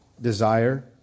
desire